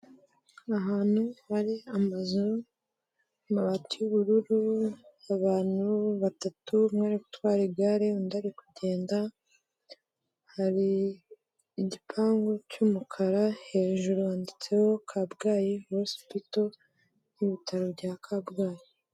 Ahantu hari amazu, amabati y'ubururu abantu batatu umwe ari gutwara igare undi ari kugenda, hari igipangu cy'umukara hejuru handitseho Kabgayi hosipito n'ibitaro bya Kabgayi.